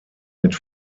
mit